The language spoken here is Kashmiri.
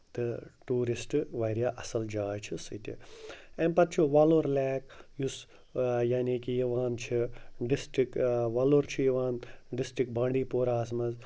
تہٕ ٹوٗرِسٹ واریاہ اَصٕل جاے چھِ سُہ تہِ اَمہِ پَتہٕ چھُ وۄلُر لیک یُس یعنی کہِ یِوان چھِ ڈِسٹِرٛک وۄلُر چھُ یِوان ڈِسٹِرٛک بانڈی پوراہَس مَنٛز